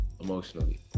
emotionally